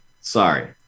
Sorry